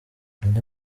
andi